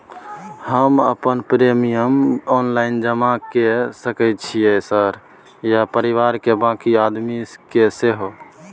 हम अपन premium online जमा के सके छियै सर आ परिवार के बाँकी आदमी के सेहो?